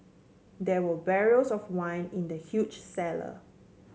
there were barrels of wine in the huge cellar